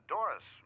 Doris